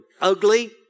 ugly